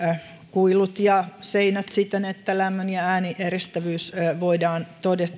kuilut ja seinät siten että lämpö ja äänieristävyys voidaan